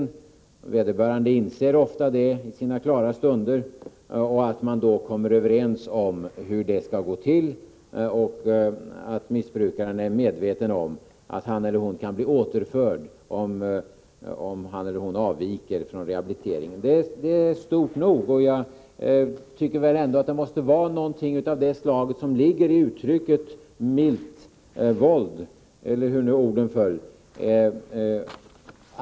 Vederbörande inser ofta det i sina klara stunder. Man kommer då överens om hur det skall gå till. Missbrukaren skall vara medveten om att han eller hon kan bli återförd, om han eller hon avviker från rehabiliteringen. Det är stort nog, och jag tycker att det ändå måste vara någonting av det slaget som ligger i uttrycket ”milt våld”, eller hur orden föll.